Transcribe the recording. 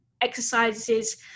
exercises